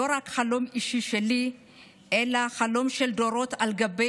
לא רק חלום אישי שלי אלא חלום של דורות על גבי